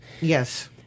Yes